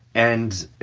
and, i